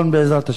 בעזרת השם.